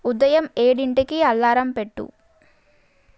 ఉదయం ఏడింటికి అలారం పెట్టు